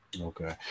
okay